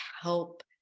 help